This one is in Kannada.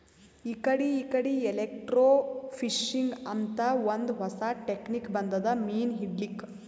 ಇಕಡಿ ಇಕಡಿ ಎಲೆಕ್ರ್ಟೋಫಿಶಿಂಗ್ ಅಂತ್ ಒಂದ್ ಹೊಸಾ ಟೆಕ್ನಿಕ್ ಬಂದದ್ ಮೀನ್ ಹಿಡ್ಲಿಕ್ಕ್